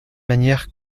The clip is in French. manières